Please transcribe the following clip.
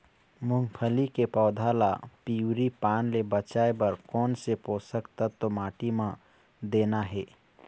मुंगफली के पौधा ला पिवरी पान ले बचाए बर कोन से पोषक तत्व माटी म देना हे?